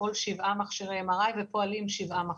פעול 7 מכשירי MRI ופועלים 7 מכשירים.